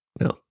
No